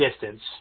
distance